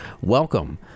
Welcome